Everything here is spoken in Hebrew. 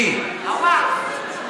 הווקף.